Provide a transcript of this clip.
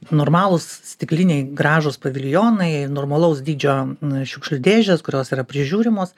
normalūs stikliniai gražūs paviljonai normalaus dydžio šiukšlių dėžės kurios yra prižiūrimos